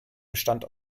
bestand